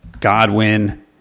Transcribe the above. Godwin